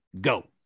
go